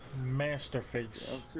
master face-off.